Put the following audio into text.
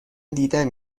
دیدهام